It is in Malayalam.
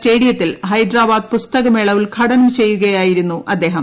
സ്റ്റേഡിയത്തിൽ ഹൈദ്രാബാദ് പുസ്തക മേള ഉദ്ഘാടനം ചെയ്യുകയായിരുന്നു അദ്ദേഹം